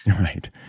Right